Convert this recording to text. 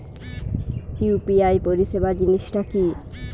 UPI পরিসেবা জিনিসটা কি?